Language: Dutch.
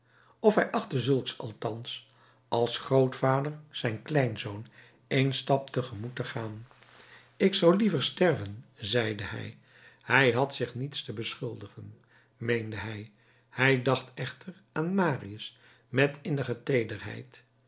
of hij achtte zulks althans als grootvader zijn kleinzoon één stap te gemoet te gaan ik zou liever sterven zeide hij hij had zich niets te beschuldigen meende hij hij dacht echter aan marius met innige teederheid